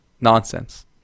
nonsense